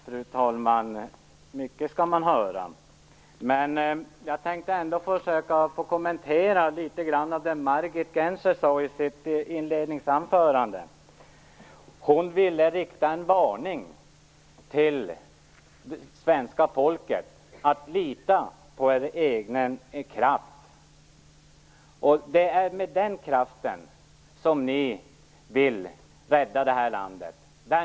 Fru talman! Mycket skall man höra. Jag vill ändå kommentera litet grand av det som Margit Gennser sade i sitt inledningsanförande. Margit Gennser riktade en uppmaning till det svenska folket: Lita på er egen kraft! Det är med den kraften som ni vill rädda det här landet.